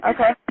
Okay